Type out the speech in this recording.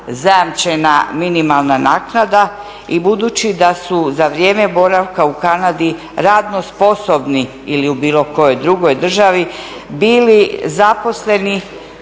zajamčena minimalna naknada i budući da su za vrijeme boravka u Kanadi radno sposobni ili u bilo kojoj drugoj državi bili zaposleni